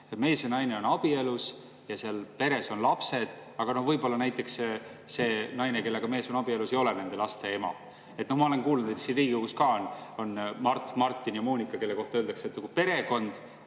mees ja naine on abielus ja seal peres on lapsed, aga võib-olla see naine, kellega mees on abielus, ei ole nende laste ema. Ma olen kuulnud, et siin Riigikogus ka on Mart, Martin ja Moonika, kelle kohta öeldakse, et nad on